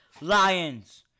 Lions